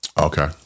Okay